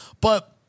But-